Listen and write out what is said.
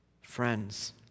Friends